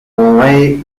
henri